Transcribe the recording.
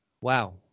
Wow